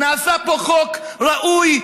נעשה פה חוק ראוי,